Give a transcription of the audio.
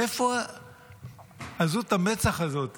מאיפה עזות המצח הזאת